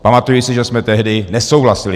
Pamatuji si, že jsme tehdy s tím nesouhlasili.